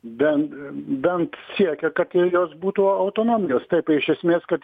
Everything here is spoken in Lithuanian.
bent bent siekia kad ir jos būtų autonomijos taip iš esmės kad